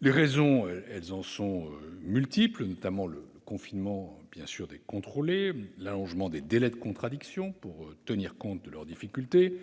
Les raisons en sont multiples ; il s'agit notamment du confinement des contrôlés, de l'allongement des délais de contradiction pour tenir compte des difficultés